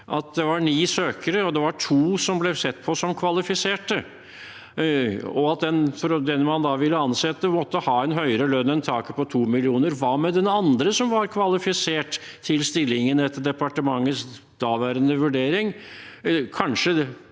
at det var ni søkere, at det var to som ble sett på som kvalifiserte, og at den man da ville ansette, måtte ha en høyere lønn enn taket på 2 mill. kr. Hva med den andre som var kvalifisert til stillingen etter departementets daværende vurdering?